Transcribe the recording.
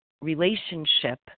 relationship